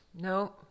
no